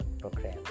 program